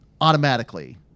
automatically